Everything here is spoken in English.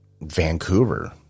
Vancouver